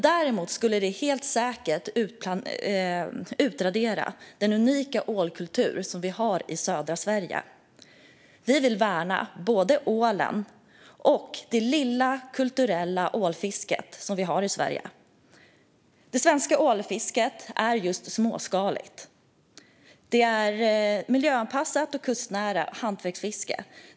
Däremot skulle det helt säkert utradera den unika ålkulturen i södra Sverige. Vi vill värna både ålen och det lilla, kulturella ålfisket i Sverige. Det svenska ålfisket är just småskaligt. Det är miljöanpassat, kustnära och hantverksmässigt fiske.